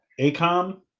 Acom